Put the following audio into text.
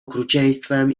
okrucieństwem